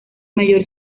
mayor